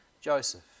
Joseph